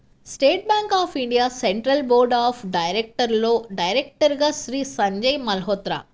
state Bank of India central board of డైరెక్టర్స్లో డైరెక్టర్గా శ్రీ సంజయ్ మల్హోత్రా